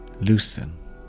loosen